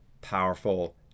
powerful